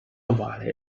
ovale